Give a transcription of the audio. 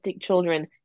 children